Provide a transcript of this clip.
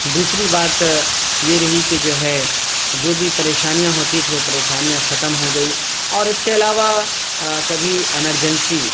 دوسری بات یہ رہی کہ جو ہے جو بھی پریشانیاں ہوتی تھی وہ پریشانیاں ختم ہو گئی اور اس کے علاوہ کبھی ایمرجنسی